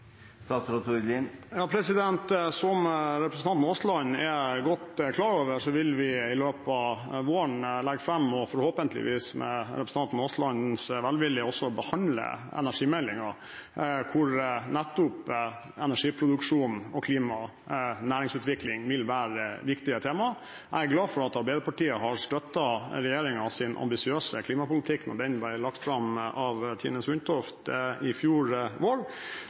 Som representanten Aasland er godt klar over, vil vi i løpet av våren legge fram og forhåpentligvis – med representanten Aaslands velvilje – også behandle energimeldingen, hvor nettopp energiproduksjonen, klima og næringsutvikling vil være viktige tema. Jeg er glad for at Arbeiderpartiet støttet regjeringens ambisiøse klimapolitikk da den ble lagt fram av Tine Sundtoft i fjor vår,